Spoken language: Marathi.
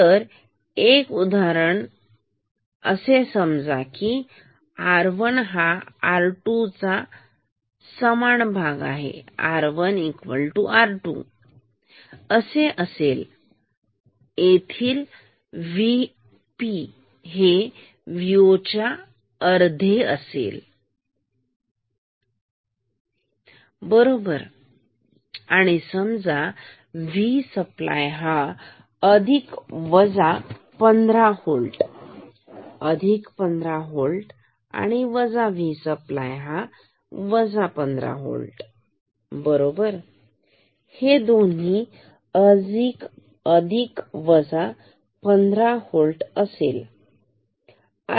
तर आपण एक उदाहरण घेऊसमजा R1 हा R2 समान R1R2 असेल बरोबर मग येथील VP हे VO च्या अर्धे असेल बरोबर आणि समजा V सप्लाय हा अधिक वजा 15 होल्ट अधिक 15 होल्ट आणि V सप्लाय हा 15 होल्ट बरोबर हे दोन्ही अधिक वजा 15 होल्ट असेल